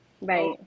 Right